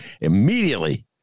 Immediately